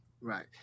Right